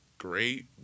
Great